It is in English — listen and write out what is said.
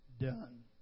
done